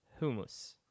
hummus